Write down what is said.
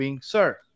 sir